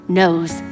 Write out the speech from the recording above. knows